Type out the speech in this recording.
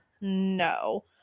No